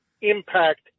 impact